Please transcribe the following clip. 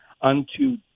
unto